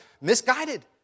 misguided